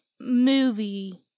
movie